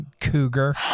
Cougar